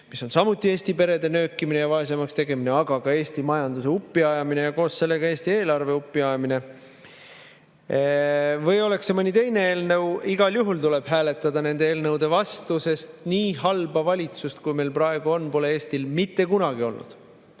mis on samuti Eesti perede nöökimine ja vaesemaks tegemine, aga ka Eesti majanduse uppi ajamine ja koos sellega Eesti eelarve uppi ajamine, või oleks see mõni teine eelnõu, siis igal juhul tuleb hääletada nende eelnõude vastu, sest nii halba valitsust, kui meil on praegu, pole Eestil mitte kunagi olnud.